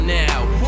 now